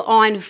on